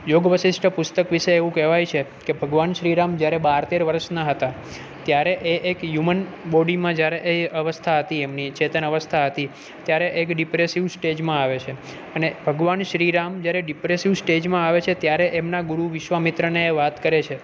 યોગ વશિષ્ઠ પુસ્તક વિષે એવું કહેવાય છે કે ભગવાન શ્રી રામ જ્યારે બાર તેર વરસના હતા ત્યારે એ એક હ્યુમન બોડીમાં જ્યારે એ અવસ્થા હતી એમની ચેતન અવસ્થા હતી ત્યારે એક ડિપ્રેસિવ સ્ટેજમાં આવે છે અને ભગવાન શ્રી રામ જ્યારે ડિપ્રેસિવ સ્ટેજમાં આવે છે ત્યારે એમના ગુરુ વિશ્વા મિત્રને એ વાત કરે છે